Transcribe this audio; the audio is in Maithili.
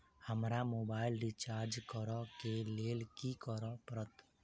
हमरा मोबाइल रिचार्ज करऽ केँ लेल की करऽ पड़त?